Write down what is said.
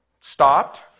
stopped